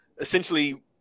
essentially